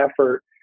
effort